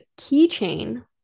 keychain